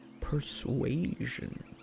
persuasion